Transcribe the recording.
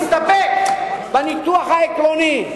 אני מסתפק בניתוח העקרוני: